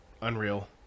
Unreal